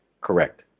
Correct